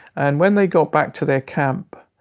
and when they got back to their camp.